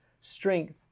strength